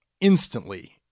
instantly